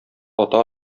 ата